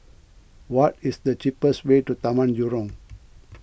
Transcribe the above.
what is the cheapest way to Taman Jurong